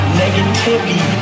negativity